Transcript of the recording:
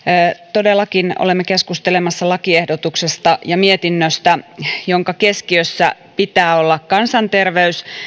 todellakin olemme keskustelemassa lakiehdotuksesta ja mietinnöstä jonka keskiössä pitää olla kansanterveys